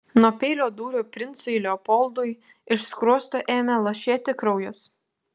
nuo peilio dūrio princui leopoldui iš skruosto ėmė lašėti kraujas